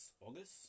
August